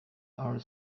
our